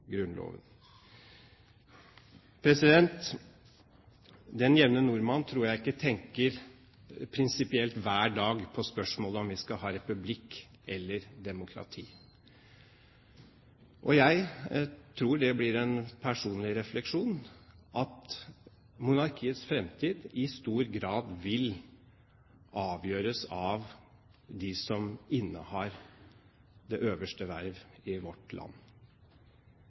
Grunnloven. Jeg tror ikke den jevne nordmann hver dag tenker prinsipielt på spørsmålet om vi skal ha republikk eller monarki. Jeg tror det blir en personlig refleksjon at monarkiets fremtid i stor grad vil avgjøres av dem som innehar det øverste verv i vårt land.